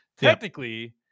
technically